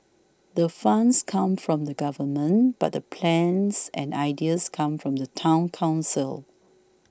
the funds come from the government but the plans and ideas come from the Town Council